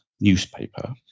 newspaper